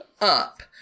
up